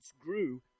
grew